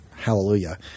Hallelujah